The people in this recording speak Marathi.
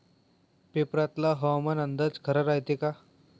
पेपरातला हवामान अंदाज खरा रायते का?